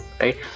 right